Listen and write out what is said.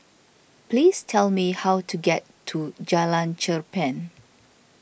please tell me how to get to Jalan Cherpen